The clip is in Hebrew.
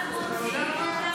אתה יודע מה?